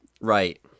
Right